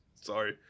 Sorry